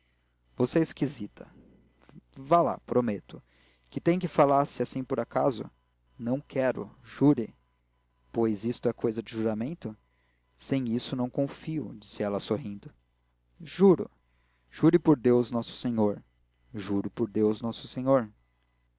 você é esquisita vá lá prometo que tem que falasse assim por acaso não quero jure pois isto é cousa de juramento sem isso não confio disse ela sorrindo juro jure por deus nosso senhor juro por deus nosso senhor